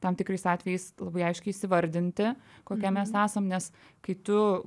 tam tikrais atvejais labai aiškiai įsivardinti kokie mes esam nes kai tu